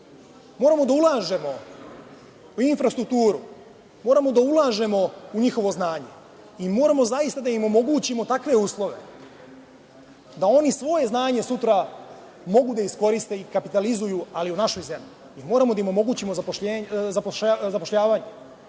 Moramo da ulažemo u infrastrukturu. Moramo da ulažemo u njihovo znanje i moramo zaista da im omogućimo takve uslove da oni svoje znanje sutra mogu da iskoriste i kapitalizuju ali u našoj zemlji. Moramo da im omogućimo zapošljavanje.